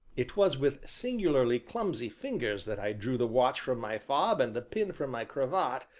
it was with singularly clumsy fingers that i drew the watch from my fob and the pin from my cravat,